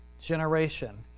generation